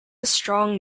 strong